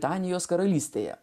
danijos karalystėje